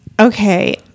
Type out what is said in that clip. Okay